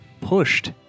pushed